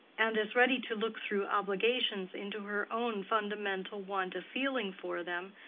and as ready to look through obligations into her own fundamental want of feeling for them,